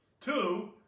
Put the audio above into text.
Two